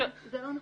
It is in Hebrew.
זה לא נכון.